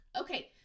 Okay